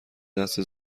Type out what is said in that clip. دست